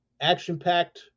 action-packed